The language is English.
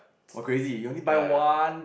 what crazy you only buy one